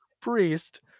priest